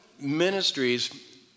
ministries